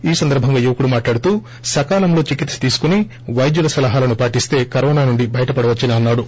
ఈ సందర్భంగా యువకుడు మాట్లాడుతూ సకాలంలో చికేత్స తీసుకుని వైద్యుల సలహాలను పాటిస్త కరోనా నుండి బయటపడవచ్చని అన్నాడు